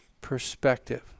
perspective